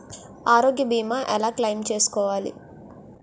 ఆరోగ్య భీమా ఎలా క్లైమ్ చేసుకోవాలి?